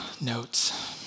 Notes